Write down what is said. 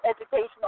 educational